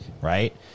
Right